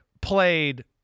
played